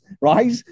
right